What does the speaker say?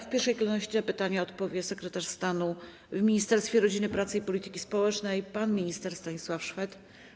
W pierwszej kolejności na pytania odpowie sekretarz stanu w Ministerstwie Rodziny, Pracy i Polityki Społecznej pan minister Stanisław Szwed.